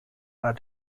are